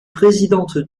présidente